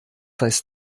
heißt